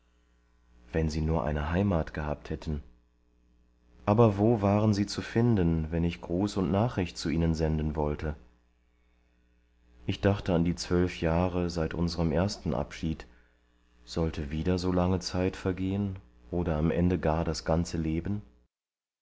wenn sie nur eine heimat gehabt hätten aber wo waren sie zu finden wenn ich gruß und nachricht zu ihnen senden wollte ich dachte an die zwölf jahre seit unserem ersten abschied sollte wieder so lange zeit vergehen oder am ende gar das ganze leben